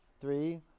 three